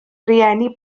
rieni